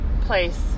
place